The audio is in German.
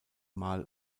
mal